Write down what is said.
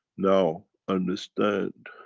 now, understand,